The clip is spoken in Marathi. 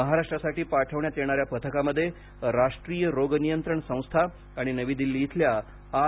महाराष्ट्रासाठी पाठविण्यात येणाऱ्या पथकामध्ये राष्ट्रीय रोगनियंत्रण संस्था आणि नवी दिल्ली इथल्या आर